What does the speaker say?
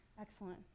Excellent